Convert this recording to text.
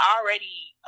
already